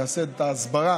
יעשה את ההסברה